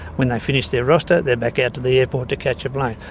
when they've finished their roster they're back out to the airport to catch a plane,